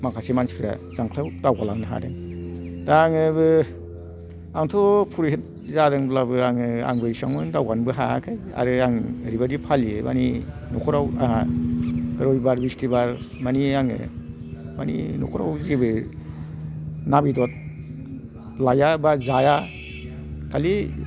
माखासे मानसिफ्रा जांख्लाआव दावगालांनो हादों दा आंबो आंथ' परिहिद जादोंब्लाबो आङो आंबो एसिबां मानि दावगायनोबो हायाखैमोन आरो आङो ओरैबायदि फालियो मानि न'खराव आंहा रबिबार बिसथिबार मानि आङो मानि न'खरावबो जेबो ना बेदर लाया बा जाया खालि